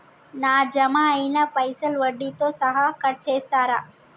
నా జమ అయినా పైసల్ వడ్డీతో సహా కట్ చేస్తరా?